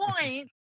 point